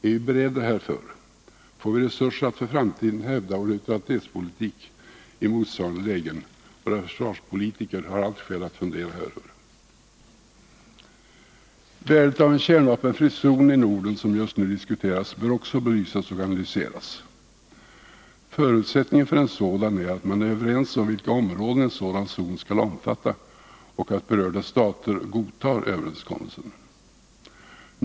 Är vi beredda härtill? Och får vi resurser att för framtiden hävda vår neutralitetspolitik i motsvarande lägen? Våra försvarspolitiker har alla skäl att fundera häröver. Värdet av en kärnvapenfri zon i Norden, som just nu diskuteras, bör också belysas och analyseras. Förutsättningen för en sådan är att man är överens om vilka områden en sådan zon skall omfatta och att berörda stater godtar överenskommelsen.